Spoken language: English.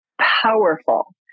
powerful